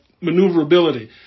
maneuverability